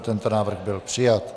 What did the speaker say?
Tento návrh byl přijat.